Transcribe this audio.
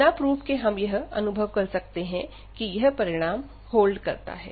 बिना प्रूफ के हम यह अनुभव कर सकते हैं कि यह परिणाम होल्ड करता है